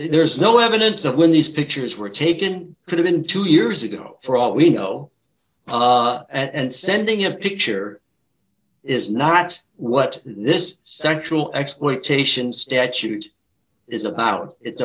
there's no evidence of when these pictures were taken could have been two years ago for all we know and sending a picture is not what this sexual exploitation statute is about it's